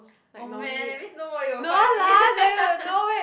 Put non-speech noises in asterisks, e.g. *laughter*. oh man that means nobody will find me *laughs*